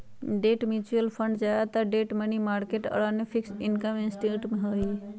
debt mutual fund ज्यादातर debt, money market और अन्य फिक्स्ड इनकम इंस्ट्रूमेंट्स हई